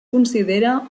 considera